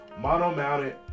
mono-mounted